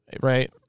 Right